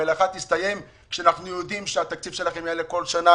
המלאכה תסתיים כשאנחנו יודעים שהתקציב שלכם יעלה כל שנה,